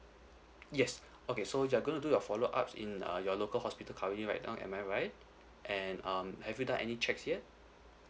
yes okay so you are gonna do your follow ups in uh your local hospital currently right now am I right and um have you done any checks yet